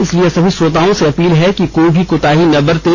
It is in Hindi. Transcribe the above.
इसलिए सभी श्रोताओं से अपील है कि कोई भी कोताही ना बरतें